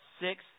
six